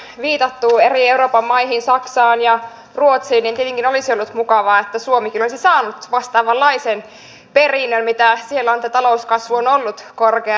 kun tässä on viitattu eri euroopan maihin saksaan ja ruotsiin niin tietenkin olisi ollut mukavaa että suomikin olisi saanut vastaavanlaisen perinnön kuin mikä siellä on kun talouskasvu on ollut korkea